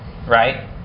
Right